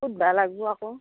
সোধবা লাগবু আকৌ